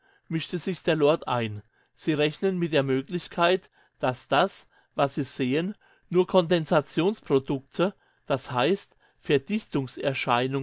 mischte sich der lord ein sie rechnen mit der möglichkeit daß das was sie sehen nur kondensationsprodukte das heißt